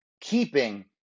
keeping